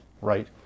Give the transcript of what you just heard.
right